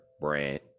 Brand